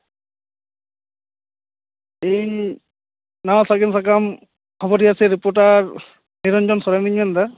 ᱤᱧ ᱱᱟᱣᱟ ᱥᱟᱜᱮᱱ ᱥᱟᱠᱟᱢ ᱠᱷᱵᱚᱨᱤᱭᱟᱹ ᱥᱮ ᱨᱤᱯᱳᱴᱟᱨ ᱱᱤᱨᱚᱧᱡᱚᱱ ᱥᱚᱨᱮᱱᱤᱧ ᱢᱮᱱ ᱮᱫᱟ